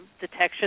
detection